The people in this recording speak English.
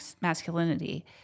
masculinity